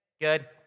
Good